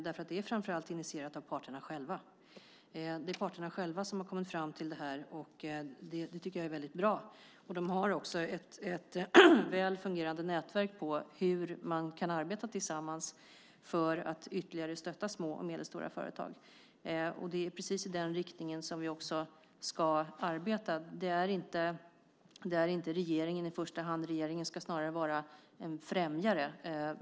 Det är nämligen framför allt initierat av parterna själva. Det är parterna själva som har kommit fram till det här, och det tycker jag är väldigt bra. De har också ett väl fungerande nätverk i fråga om hur man kan arbeta tillsammans för att ytterligare stötta små och medelstora företag. Det är precis i den riktningen som vi också ska arbeta. Det handlar inte om regeringen i första hand. Regeringen ska snarare vara en främjare.